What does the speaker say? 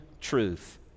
truth